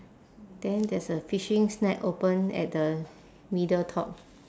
then there's a fishing snack open at the middle top